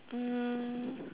um